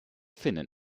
finnen